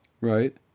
Right